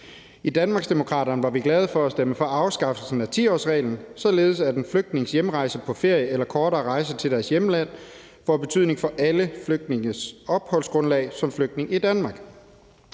I Danmarksdemokraterne var vi glade for at stemme for afskaffelsen af 10-årsreglen, således at flygtninges hjemrejse på ferie eller kortere rejse til deres hjemland får betydning for alle flygtninges opholdsgrundlag som flygtninge i Danmark.